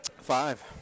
Five